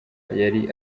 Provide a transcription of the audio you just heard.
yari